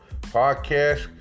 podcast